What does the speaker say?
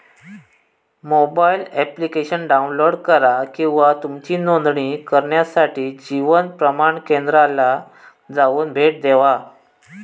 mobile application download करा किंवा तुमची नोंदणी करण्यासाठी जीवन प्रमाण केंद्राला जाऊन भेट देवा